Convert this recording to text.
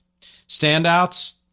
Standouts